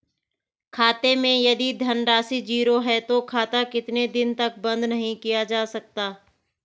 खाते मैं यदि धन राशि ज़ीरो है तो खाता कितने दिन तक बंद नहीं किया जा सकता?